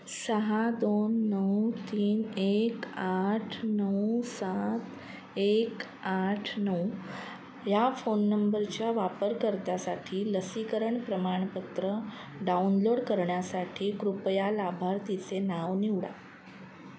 सहा दोन नऊ तीन एक आठ नऊ सात एक आठ नऊ या फोन नंबरच्या वापरकर्त्यासाठी लसीकरण प्रमाणपत्र डाउनलोड करण्यासाठी कृपया लाभार्थीचे नाव निवडा